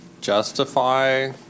justify